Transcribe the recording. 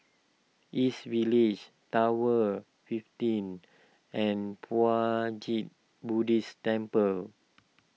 East Village Tower fifteen and Puat Jit Buddhist Temple